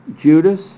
Judas